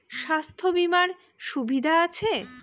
স্বাস্থ্য বিমার সুবিধা আছে?